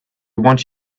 want